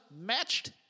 matched